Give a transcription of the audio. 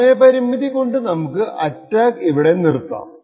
സമയപരിമിതി കൊണ്ട് നമുക്ക് അറ്റാക്ക് ഇവിടെ നിർത്താം